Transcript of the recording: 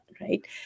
right